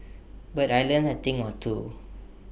but I learnt A thing or two